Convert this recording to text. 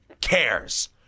cares